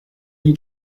you